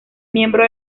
miembro